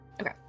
Okay